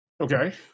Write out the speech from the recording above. Okay